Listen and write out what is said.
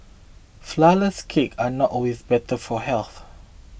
Flourless Cakes are not always better for health